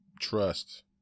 trust